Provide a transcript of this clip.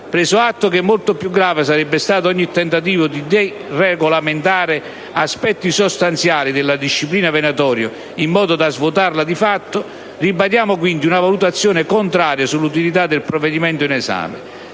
Preso atto che molto più grave sarebbe stato ogni tentativo di deregolamentare aspetti sostanziali della disciplina venatoria in modo da svuotarla di fatto, ribadiamo quindi una valutazione contraria sull'utilità del provvedimento in esame,